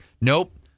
Nope